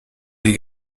les